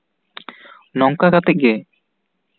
ᱱᱚᱝᱠᱟ ᱠᱟᱛᱮᱫ ᱜᱮ